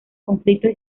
conflictos